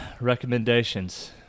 Recommendations